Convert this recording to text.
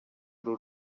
uru